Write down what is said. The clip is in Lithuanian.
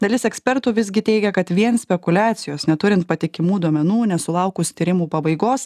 dalis ekspertų visgi teigia kad vien spekuliacijos neturint patikimų duomenų nesulaukus tyrimų pabaigos